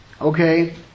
Okay